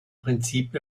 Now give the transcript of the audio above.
prinzip